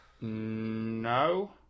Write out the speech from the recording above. No